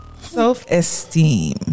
Self-esteem